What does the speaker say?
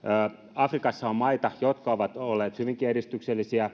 afrikassa on maita jotka ovat olleet hyvinkin edistyksellisiä